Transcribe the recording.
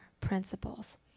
principles